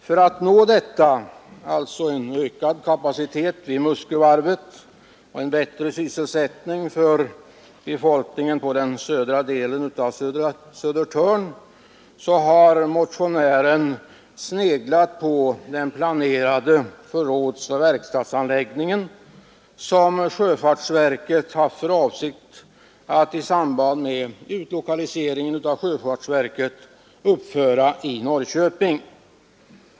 När det gäller möjligheterna att uppnå en ökad kapacitet vid Muskövarvet och en bättre sysselsättning för befolkningen på den södra delen av Södertörn har motionären sneglat på den planerade förrådsoch verkstadsanläggning som sjöfartsverket haft för avsikt att, i samband med utlokaliseringen av sjöfartsverket, uppföra i Norrköping.